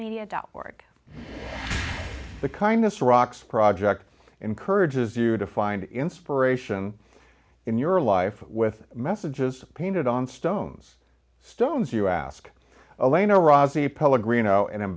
media dot org the kindness rocks project encourages you to find inspiration in your life with messages painted on stones stones you ask elaine or razi p